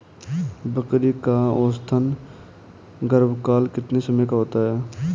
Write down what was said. बकरी का औसतन गर्भकाल कितने समय का होता है?